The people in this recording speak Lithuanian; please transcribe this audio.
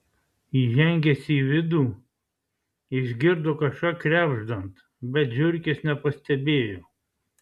įžengęs į vidų išgirdo kažką krebždant bet žiurkės nepastebėjo